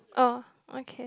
oh okay